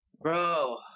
Bro